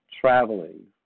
traveling